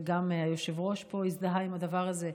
וגם היושב-ראש פה הזדהה עם הדבר הזה,